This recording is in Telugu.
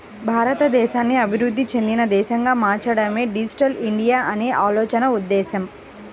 భారతదేశాన్ని అభివృద్ధి చెందిన దేశంగా మార్చడమే డిజిటల్ ఇండియా అనే ఆలోచన ఉద్దేశ్యం